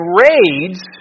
raids